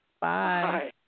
Bye